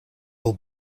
will